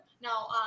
Now